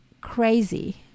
crazy